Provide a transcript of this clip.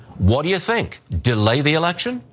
what do you think, delay the election?